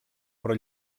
però